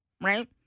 right